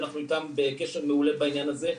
שאנחנו איתם בקשר מעולה בעניין הזה,